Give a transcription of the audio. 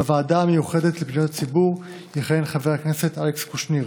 בוועדה המיוחדת לפניות הציבור יכהן חבר הכנסת אלכס קושניר,